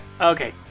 Okay